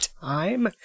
time